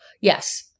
Yes